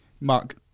Mark